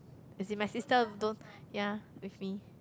as in my sister don't ya with me